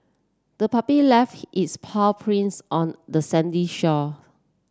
the puppy left its paw prints on the sandy shore